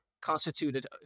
constituted